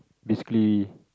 basically